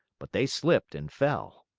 but they slipped and fell.